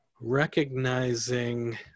Recognizing